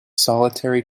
solitary